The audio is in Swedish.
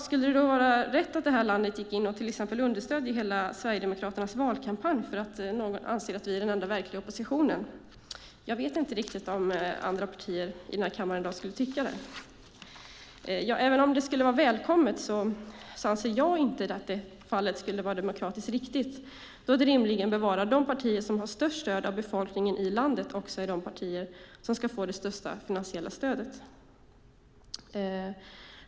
Skulle det då vara rätt att det här landet gick in och till exempel understödde Sverigedemokraternas hela valkampanj därför att någon anser att vi är den enda verkliga oppositionen? Jag vet inte riktigt om andra partier i denna kammare i dag skulle tycka det. Det skulle vara välkommet, men jag anser inte att det i det fallet skulle vara demokratiskt riktigt då det rimligen bör vara de partier som har störst stöd från befolkningen i landet som ska få det största finansiella stödet.